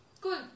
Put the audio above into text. Cool